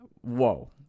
Whoa